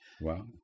Wow